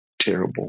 terrible